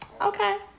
Okay